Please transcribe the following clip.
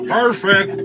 perfect